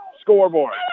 scoreboard